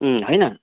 उम्म होइन